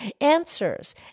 answers